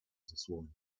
zasłonił